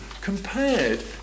compared